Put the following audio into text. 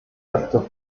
actos